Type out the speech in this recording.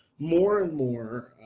more and more.